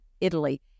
Italy